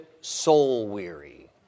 soul-weary